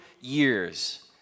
years